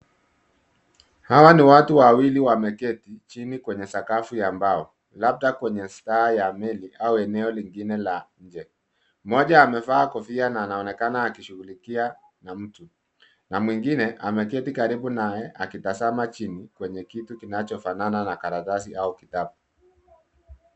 Hawa ni watu wawili wameketi chini kwenye sakafu ya mbao labda kwenye spaa ya mwili au eneo lingine la nje. Mmoja amevaa kofia na anaonekana akishugulikiwa na mtu na mwingine ameketi karibu naye akitazama chini kwenye kitu kinachofanana na karatasi au kitabu.